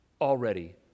already